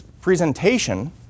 presentation